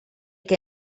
que